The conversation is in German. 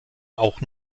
auch